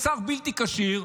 יש שר בלתי כשיר,